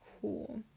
cool